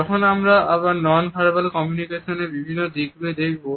যখন আমরা non verbal communication এর বিভিন্ন দিকগুলি দেখব